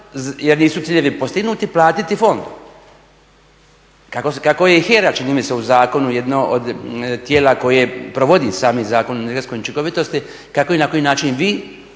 jer nisu ciljevi postignuti platiti fond. Kako je i HERA čini mi se u zakonu jedno od tijela koje provodi sami Zakon o energetskoj učinkovitosti kako i na koji način vi